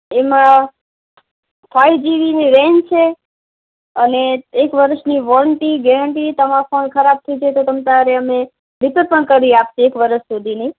એમાં ફાઈવ જીબીની રૅમ છે અને એક વર્ષની વૉરંટી ગૅરંટી તમારો ફોન ખરાબ થઇ જાય તો તમ તમારે અમે રીપૅર પણ કરી આપીએ એક વર્ષ સુધીની